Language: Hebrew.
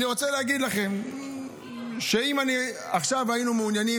אני רוצה להגיד לכם שאם היינו מעוניינים,